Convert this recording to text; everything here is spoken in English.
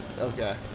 okay